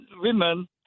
women